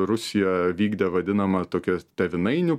rusija vykdė vadinamą tokią tėvynainių